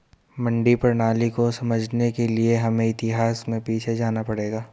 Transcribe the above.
मंडी प्रणाली को समझने के लिए हमें इतिहास में पीछे जाना पड़ेगा